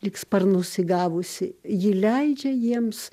lyg sparnus įgavusi ji leidžia jiems